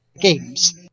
games